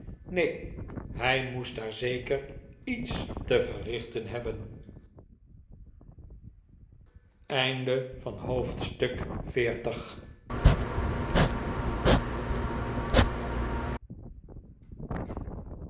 neen hij moest daar zeker iets te verrichten hebben